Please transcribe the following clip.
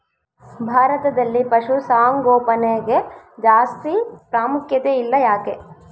ಭಾರತದಲ್ಲಿ ಪಶುಸಾಂಗೋಪನೆಗೆ ಜಾಸ್ತಿ ಪ್ರಾಮುಖ್ಯತೆ ಇಲ್ಲ ಯಾಕೆ?